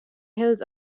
hills